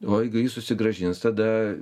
o jeigu jį susigrąžins tada